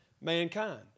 mankind